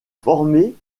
formée